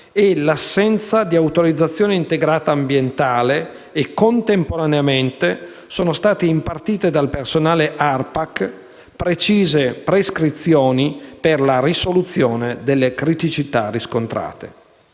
l'assenza di autorizzazione integrata ambientale e, contemporaneamente, sono state impartite dal personale ARPAC precise prescrizioni per la risoluzione delle criticità riscontrate.